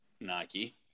Nike